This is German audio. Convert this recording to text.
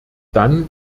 dann